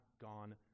gone